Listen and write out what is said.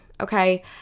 Okay